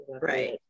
right